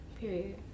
Period